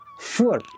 Sure